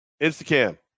Instacam